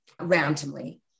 randomly